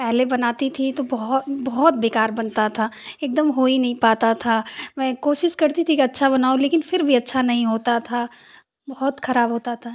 पहले बनाती थी तो बहो बहुत बेकार बंता था एकदम हो ही नहीं पाता था में कोशिश करती थी कि अच्छा बनाऊँ लेकिन फिर भी अच्छा नहीं होता था बहुत खराब होता था